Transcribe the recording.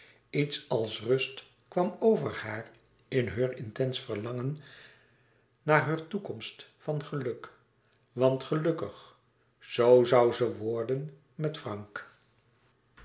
iets als rust kwam over haar in heur intens verlangen naar heur toekomst van geluk want gelukkig zoo zoû ze worden met frank